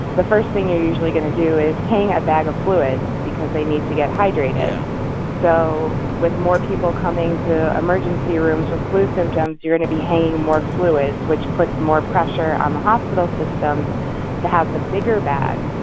the first thing you're usually going to do is hang a bag of fluids because they need to get hydrated yeah so with more people coming to emergency rooms with flu symptoms, you're going to be hanging more fluids, which puts more pressure on the hospital system to have the bigger bags,